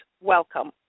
Welcome